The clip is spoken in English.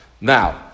Now